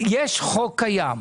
יש חוק קיים.